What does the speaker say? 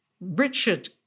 Richard